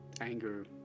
Anger